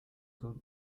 zone